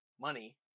money